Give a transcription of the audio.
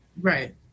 Right